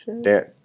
Dan